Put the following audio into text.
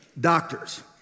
doctors